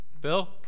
Bill